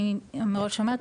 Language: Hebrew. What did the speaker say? אני מראש אומרת,